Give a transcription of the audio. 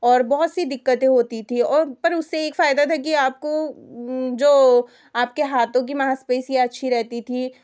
और बहुत सी दिक्कतें होती थी और पर उससे एक फायदा था की आपको जो आपके हाथों की मासपेशियाँ अच्छी रहती थी